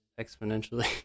exponentially